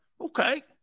okay